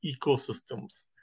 ecosystems